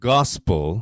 Gospel